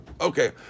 Okay